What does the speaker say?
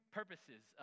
purposes